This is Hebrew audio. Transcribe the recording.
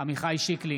עמיחי שיקלי,